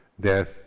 death